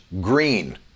Green